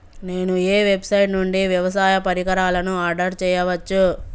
నేను ఏ వెబ్సైట్ నుండి వ్యవసాయ పరికరాలను ఆర్డర్ చేయవచ్చు?